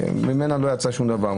ממנה לא יצא שום דבר.